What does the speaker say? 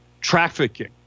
trafficking